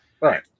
right